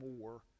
more